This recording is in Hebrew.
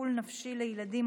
טיפול נפשי לילדים),